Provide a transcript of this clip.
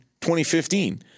2015